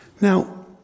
Now